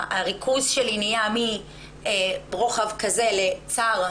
שהריכוז שלי נהיה מרוחב כזה לצר,